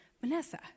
Vanessa